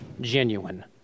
genuine